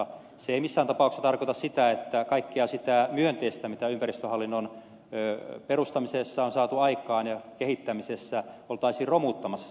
se ei missään tapauksessa tarkoita sitä että kaikkea sitä myönteistä mitä ympäristöhallinnon perustamisessa ja kehittämisessä on saatu aikaan oltaisiin romuttamassa